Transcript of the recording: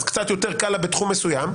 אז קצת יותר קל לה בתחום מסוים,